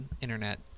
Internet